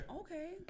Okay